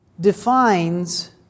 defines